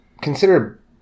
consider